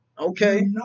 Okay